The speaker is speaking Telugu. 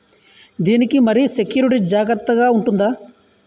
దీని కి మరి సెక్యూరిటీ జాగ్రత్తగా ఉంటుందా?